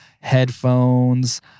headphones